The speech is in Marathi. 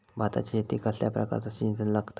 भाताच्या शेतीक कसल्या प्रकारचा सिंचन लागता?